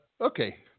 Okay